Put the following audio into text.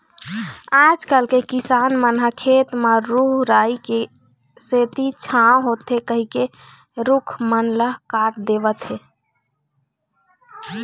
आजकल के किसान मन ह खेत म रूख राई के सेती छांव होथे कहिके रूख मन ल काट देवत हें